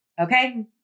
Okay